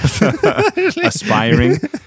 Aspiring